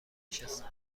نشستم